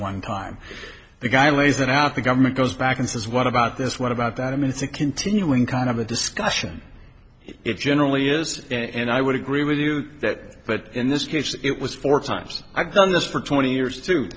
one time a guy lays it out the government goes back and says what about this what about that i mean it's a continuing kind of a discussion it generally is and i would agree with you that but in this case it was four times i've done this for twenty years to